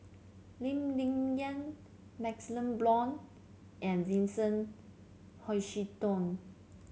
Lee Ling Yen MaxLe Blond and Vincent Hoisington